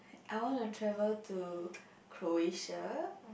I wanna travel to Croatia